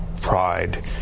Pride